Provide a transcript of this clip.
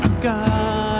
God